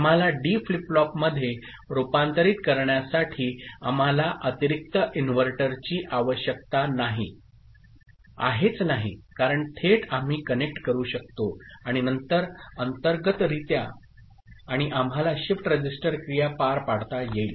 आम्हाला D flip फ्लॉपमध्ये रूपांतरित करण्यासाठी आम्हाला अतिरिक्त इनव्हर्टरची आवश्यकता नाही आहेच नाही कारण थेट आम्ही कनेक्ट करू शकतो आणि नंतर अंतर्गतरित्या आणि आम्हाला शिफ्ट रजिस्टर क्रिया पार पाडता येईल